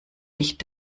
nicht